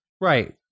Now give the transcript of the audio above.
Right